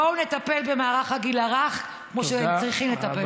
בואו נטפל במערך הגיל הרך כמו שצריכים לטפל בו.